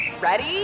Ready